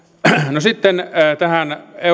no sitten tähän